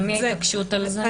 של מי ההתעקשות בעניין הזה?